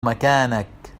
مكانك